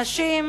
נשים